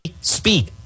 speak